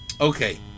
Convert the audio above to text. Okay